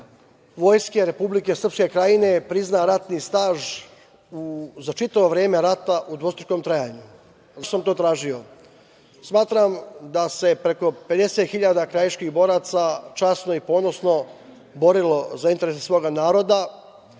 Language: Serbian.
Vojske Republike Srpske Krajine prizna ratni staž za čitavo vreme rata u dvostrukom trajanju.Zašto sam to tražio? Smatram da se preko 50.000 krajiških boraca časno i ponosno borilo za interese svoga naroda,